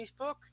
Facebook